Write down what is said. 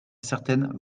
certaines